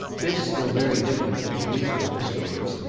this, though very different from the newspaper stories,